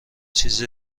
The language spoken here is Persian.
چیز